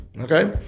Okay